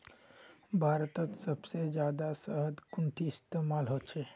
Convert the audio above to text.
भारतत सबसे जादा शहद कुंठिन इस्तेमाल ह छे